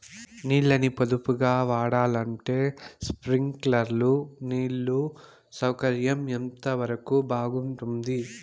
నీళ్ళ ని పొదుపుగా వాడాలంటే స్ప్రింక్లర్లు నీళ్లు సౌకర్యం ఎంతవరకు బాగుంటుంది?